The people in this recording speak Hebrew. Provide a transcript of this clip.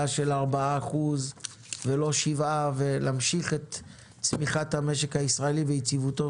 של 4% ולא 7% ולהמשיך את צמיחת המשק הישראלי ויציבותו,